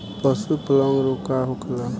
पशु प्लग रोग का होखेला?